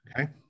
Okay